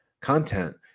content